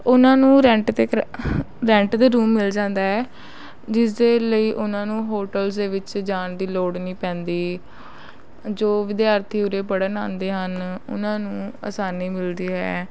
ਉਹਨਾਂ ਨੂੰ ਰੈਂਟ 'ਤੇ ਕਰੇ ਰੈਂਟ 'ਤੇ ਰੂਮ ਮਿਲ ਜਾਂਦਾ ਹੈ ਜਿਸ ਦੇ ਲਈ ਉਨ੍ਹਾਂ ਨੂੰ ਹੋਟਲਸ ਦੇ ਵਿੱਚ ਜਾਣ ਦੀ ਲੋੜ ਨਹੀਂ ਪੈਂਦੀ ਜੋ ਵਿਦਿਆਰਥੀ ਉਰੇ ਪੜ੍ਹਨ ਆਉਂਦੇ ਹਨ ਉਨ੍ਹਾਂ ਨੂੰ ਆਸਾਨੀ ਮਿਲਦੀ ਹੈ